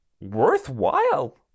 worthwhile